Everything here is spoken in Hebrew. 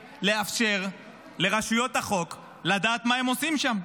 לאפשר לרשויות החוק לדעת מה הם עושים שם.